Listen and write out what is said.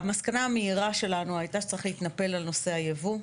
המסקנה המהירה שלנו הייתה שצריך להתנפל על נושא היבוא,